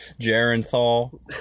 Jarenthal